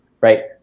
right